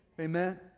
amen